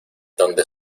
donde